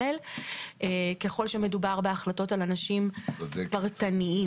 ככל שמדובר בהחלטות על אנשים פרטניים.